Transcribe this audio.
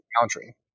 boundary